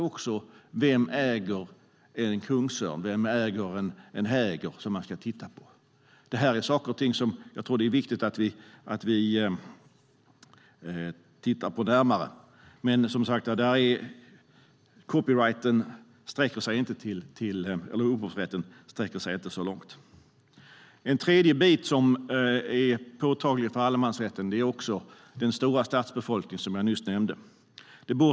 Och vem äger en kungsörn? Vem äger en häger som man ska titta på? Detta är saker och ting som jag tror att det är viktigt att vi tittar på närmare. Men som sagt sträcker sig inte upphovsrätten så långt. Ytterligare en bit som är påtaglig för allemansrätten är den stora stadsbefolkning som jag nyss nämnde.